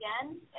again